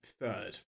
Third